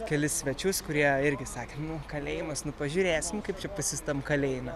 kelis svečius kurie irgi sakė nu kalėjimas nu pažiūrėsim kaip čia pas jus tam kalėjime